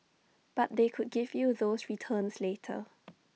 but they could give you those returns later